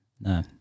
No